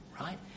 right